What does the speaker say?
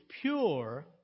pure